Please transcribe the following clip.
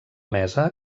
mesa